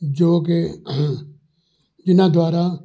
ਜੋ ਕਿ ਇਹਨਾਂ ਦੁਆਰਾ